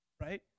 Right